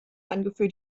angeführt